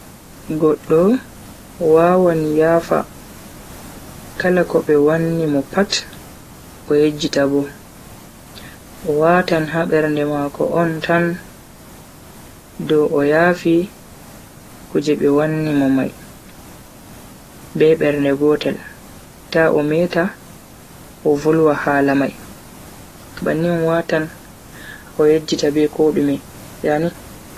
Goddo wawan yafa kala ko be wanni mo pat o yejjita bo. o watan ha bernde mako on tan dow o yafi kuje be wanni mo mai be bernde gotel ta o meta o volwa hala mai. bannin watan o yejjita be kodume.